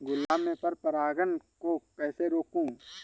गुलाब में पर परागन को कैसे रोकुं?